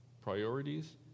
Priorities